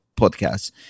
podcasts